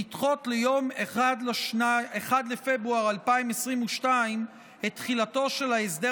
לדחות ליום 1 בפברואר 2022 את תחילתו של ההסדר